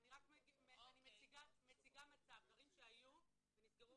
אני רק מציגה מצב, דברים שהיו ונסגרו